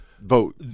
Vote